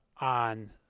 on